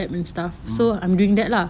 mm